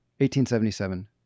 1877